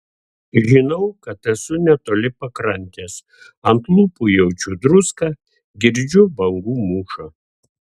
žinau kad esu netoli pakrantės ant lūpų jaučiu druską girdžiu bangų mūšą